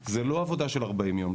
זה לא עבודה של 40 יום,